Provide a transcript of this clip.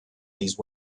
these